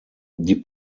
die